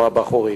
או הבחורים.